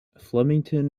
flemington